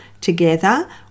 together